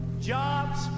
jobs